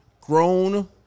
Grown